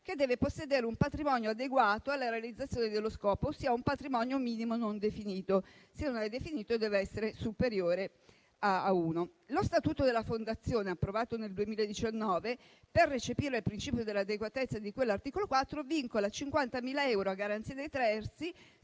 che deve possedere un patrimonio adeguato alla realizzazione dello scopo, ossia un patrimonio minimo non definito (se non è definito, dev'essere superiore a 1). Lo statuto della Fondazione, approvato nel 2019, per recepire il principio dell'adeguatezza di quell'articolo 4, vincola 50.000 euro a garanzia dei terzi,